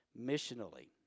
missionally